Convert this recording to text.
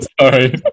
Sorry